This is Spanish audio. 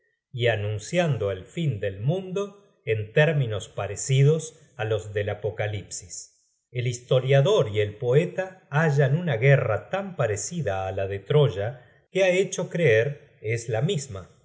y anunciando el fin del mundo en términos parecidos á los del apocalípsi el historiador y el poeta hallan una guerra tan parecida á la de troya que ha hecho creer es la misma